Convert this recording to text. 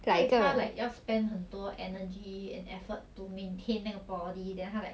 what if 他 like 要 spend 很多 energy and effort to maintain 那个 body then 他 like lah like you spend 很多 energy and effort to maintain 那个 body then 他 like